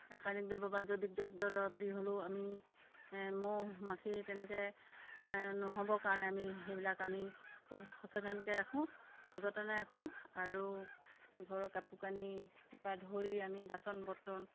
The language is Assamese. ৰাসায়নিক দ্ৰব্য বা জৈৱিক দৰৱ দি হ'লেও আমি মহ মাখি তেনেকৈ নহ'বৰ কাৰণে আমি সেইবিলাক আমি খুব সচেতনকৈ ৰাখোঁ সযতনে ৰাখোঁ আৰু ঘৰৰ কাপোৰ কানিৰপৰা ধৰি আমি বাচন বৰ্তন